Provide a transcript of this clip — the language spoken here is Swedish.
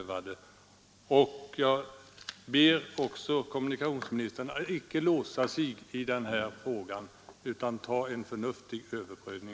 Jag vill också hoppas att kommunikationsministern icke låser sig i den här frågan utan gör en förnuftig omprövning.